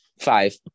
Five